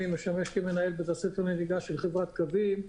מנהל בית הספר לנהיגה של חברת "קווים".